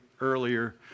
earlier